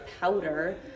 powder